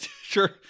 Sure